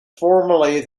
formerly